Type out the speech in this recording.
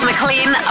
McLean